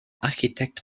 architekt